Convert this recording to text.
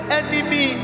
enemy